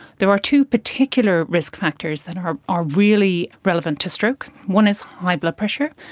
there are two particular risk factors that are are really relevant to stroke, one is high blood pressure,